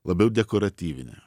labiau dekoratyvinė